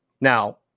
Now